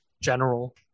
general